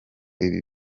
ibi